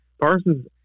Parsons